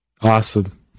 Awesome